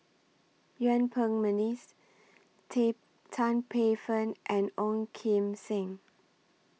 Yuen Peng Mcneice Tea Tan Paey Fern and Ong Kim Seng